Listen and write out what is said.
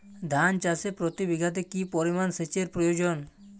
ধান চাষে প্রতি বিঘাতে কি পরিমান সেচের প্রয়োজন?